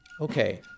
Okay